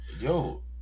Yo